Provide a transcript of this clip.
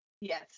yes